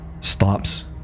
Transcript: stops